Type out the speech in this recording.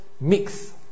mix